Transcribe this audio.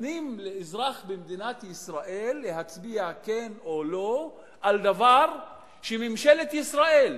נותנים לאזרח במדינת ישראל להצביע "כן" או "לא" על דבר שממשלת ישראל,